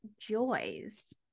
joys